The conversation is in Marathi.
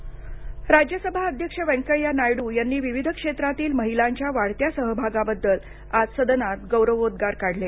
महिला दिन राज्यसभा अध्यक्ष व्यंकय्या नायडू यांनी विविध क्षेत्रातील महिलांच्या वाढत्या सहभागाबद्दल आज सदनात गौरवोद्गार काढले